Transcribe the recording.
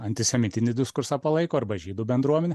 antisemitinį diskursą palaiko arba žydų bendruomenę